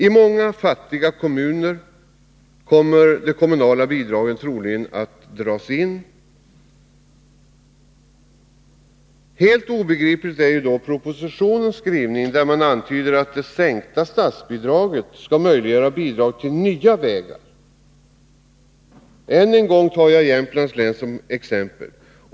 I många fattiga kommuner kommer de kommunala bidragen troligen att dras in. Helt obegriplig är propositionens skrivning, när man antyder att det sänkta statsbidraget skall möjliggöra bidrag till nya vägar. Än en gång tar jag Jämtlands län såsom exempel.